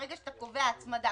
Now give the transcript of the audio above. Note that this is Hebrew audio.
ברגע שאתה קובע הצמדה,